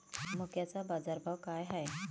मक्याचा बाजारभाव काय हाय?